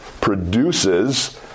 produces